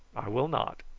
i will not.